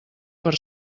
per